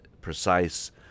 precise